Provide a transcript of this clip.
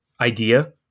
idea